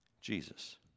Jesus